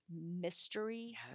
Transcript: mystery